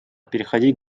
переходить